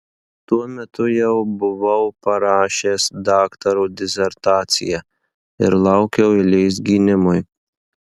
tuo metu jau buvau parašęs daktaro disertaciją ir laukiau eilės gynimui